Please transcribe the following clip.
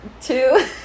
two